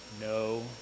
No